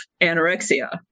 anorexia